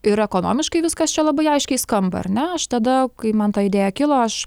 ir ekonomiškai viskas čia labai aiškiai skamba ar ne aš tada kai man ta idėja kilo aš